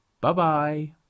Bye-bye